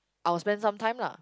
I will spend some time lah